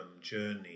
journey